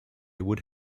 would